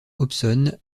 hobson